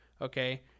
okay